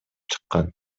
чыккан